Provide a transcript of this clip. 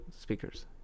speakers